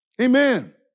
Amen